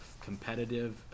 Competitive